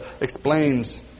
explains